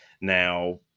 Now